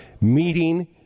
meeting